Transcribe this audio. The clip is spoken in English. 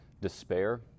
despair